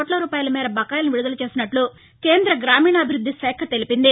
కోట్ల రూపాయల మేర బకాయిలను విడుదల చేసినట్లు కేంద్ర గ్రామీణాభివృద్ది శాఖ తెలిపింది